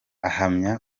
ahamya